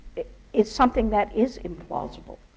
it's something that is implausible.